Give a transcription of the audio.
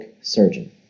surgeon